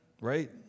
right